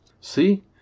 See